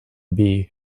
bee